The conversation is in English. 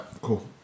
cool